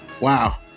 Wow